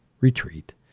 retreat